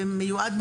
ומיועד,